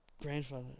Grandfather